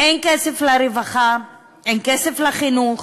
אין כסף לרווחה, אין כסף לחינוך.